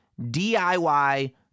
DIY